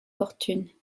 fortunes